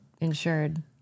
insured